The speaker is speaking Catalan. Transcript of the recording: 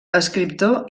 escriptor